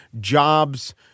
Jobs